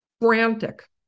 frantic